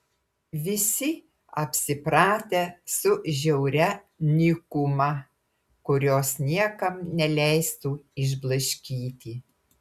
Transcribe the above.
visi apsipratę su žiauria nykuma kurios niekam neleistų išblaškyti